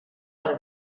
per